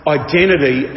identity